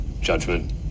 judgment